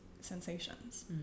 sensations